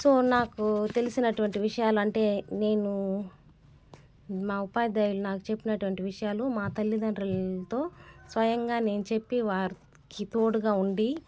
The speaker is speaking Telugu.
సో నాకు తెలిసినటువంటి విషయాలు అంటే నేను మా ఉపాధ్యాయులు నాకు చెప్పినటువంటి విషయాలు మా తల్లిదండ్రులతో స్వయంగా నేను చెప్పి వారికి తోడుగా ఉండి